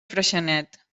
freixenet